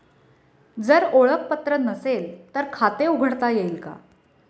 जर ओळखपत्र नसेल तर खाते उघडता येईल का?